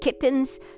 kittens